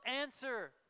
answer